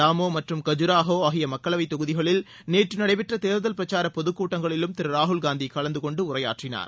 தாமோ மற்றும் கஜூராஹோ ஆகிய மக்களவைத் தொகுதிகளில் நேற்று நடைபெற்ற தேர்தல் பிரச்சார பொதுக்க்கூட்டங்களிலும் திரு ராகுல்காந்தி கலந்து கொண்டு உரையாற்றினார்